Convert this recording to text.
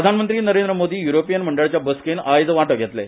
प्रधानमंत्री नरेंद्र मोदी युरोपीयन मंडळाचे बसकेंत आयज वांटो घेतले